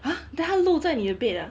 !huh! then 他漏在你的 bed ah